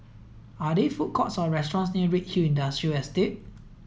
are there food courts or restaurants near Redhill Industrial Estate